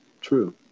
true